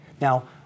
Now